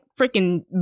freaking